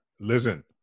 Listen